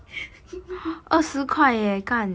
二十块